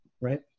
right